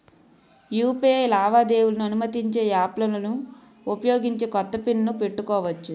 UPI లావాదేవీలను అనుమతించే యాప్లలను ఉపయోగించి కొత్త పిన్ ను పెట్టుకోవచ్చు